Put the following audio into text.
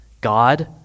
God